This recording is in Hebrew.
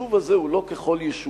היישוב הזה הוא לא ככל יישוב,